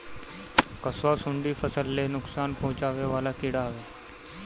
कंसुआ, सुंडी फसल ले नुकसान पहुचावे वाला कीड़ा हवे